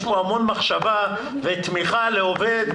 יש פה המון מחשבה ותמיכה לעובד,